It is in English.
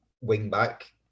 wing-back